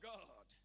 God